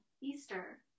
Easter